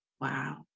Wow